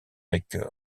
avec